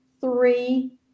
three